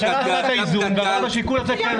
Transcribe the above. הממשלה עשתה את האיזון והיה לה את השיקול הזה.